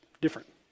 different